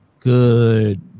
good